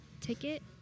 ticket